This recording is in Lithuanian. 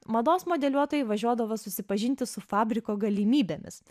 mados modeliuotojai važiuodavo susipažinti su fabriko galimybėmis